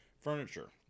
Furniture